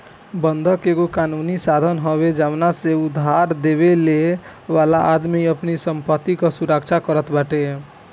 बंधक एगो कानूनी साधन हवे जवना से उधारदेवे वाला अपनी संपत्ति कअ सुरक्षा करत बाटे